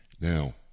now